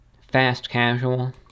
fast-casual